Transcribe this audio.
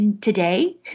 today